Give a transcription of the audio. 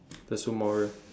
the super Mario